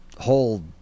whole